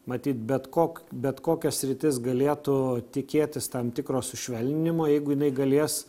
matyt bet kok bet kokia sritis galėtų tikėtis tam tikro sušvelninimo jeigu jinai galės